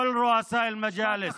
(אומר דברים בשפה הערבית,